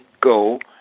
go